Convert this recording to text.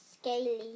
scaly